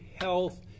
health